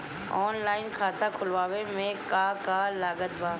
Online खाता खुलवावे मे का का लागत बा?